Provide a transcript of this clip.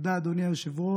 תודה, אדוני היושב-ראש.